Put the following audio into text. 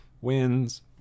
wins